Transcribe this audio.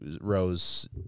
rose